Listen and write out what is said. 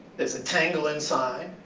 there's a tangle inside,